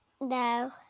No